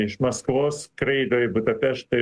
iš maskvos skraido į budapeštą